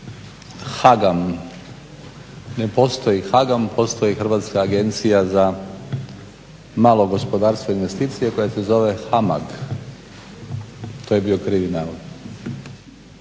HAGAM, ne postoji HAGAM, postoji Hrvatska agencija za malo gospodarstvo i investicije koja se zove HAMAG. To je bio krivi